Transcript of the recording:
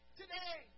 today